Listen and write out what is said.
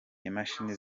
imashini